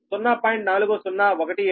4017 p